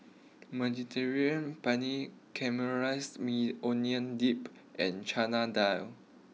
Mediterranean Penne Caramelized Maui Onion Dip and Chana Dal